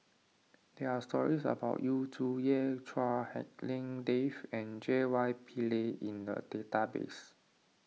there are stories about Yu Zhuye Chua Hak Lien Dave and J Y Pillay in the database